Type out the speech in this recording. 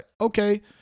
okay